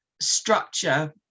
structure